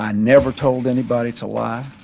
ah never told anybody to lie,